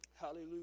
Hallelujah